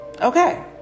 okay